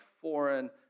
foreign